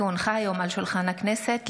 כי הונחה היום על שולחן הכנסת,